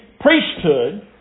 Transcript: priesthood